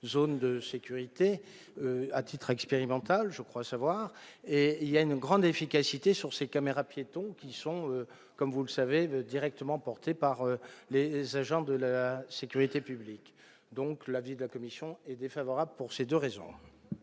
zones de sécurité, à titre expérimental je crois savoir, et il y a une grande efficacité sur ses caméras piétons qui sont, comme vous le savez, veut directement porté par les agents de la sécurité publique, donc l'avis de la commission est défavorable pour ces 2 raisons.